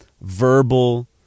verbal